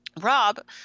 rob